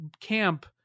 camp